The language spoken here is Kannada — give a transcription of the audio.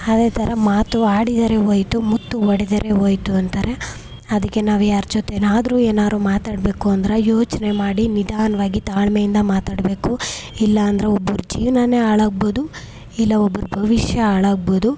ಅದೇ ಥರ ಮಾತು ಆಡಿದರೆ ಹೋಯ್ತು ಮುತ್ತು ಒಡೆದರೆ ಹೋಯ್ತು ಅಂತಾರೆ ಅದಕ್ಕೆ ನಾವು ಯಾರ ಜೊತೆನಾದರು ಏನಾರು ಮಾತಾಡಬೇಕು ಅಂದ್ರೆ ಯೋಚನೆ ಮಾಡಿ ನಿಧಾನವಾಗಿ ತಾಳ್ಮೆಯಿಂದ ಮಾತಾಡಬೇಕು ಇಲ್ಲಾ ಅಂದ್ರೆ ಒಬ್ಬರ ಜೀವನಾನೇ ಹಾಳಾಗ್ಬೋದು ಇಲ್ಲಾ ಒಬ್ರ ಭವಿಷ್ಯ ಹಾಳಾಗ್ಬೋದು